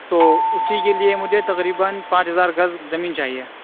تو اسی کے لیے مجھے تقریباً پانچ ہزار گز زمین چاہیے